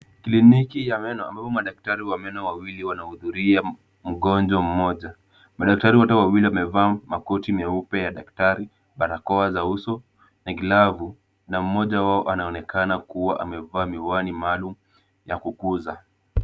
Clinic ya meno ambapo madaktari wa meno wawili wanahudhuria mgonjwa mmoja. Madaktari wote wawili wamevaa makoti meupe ya daktari ,barakoa za uso na glavu na mmoja wao anaonekana kua amevaa miwani maalum ya kukuza.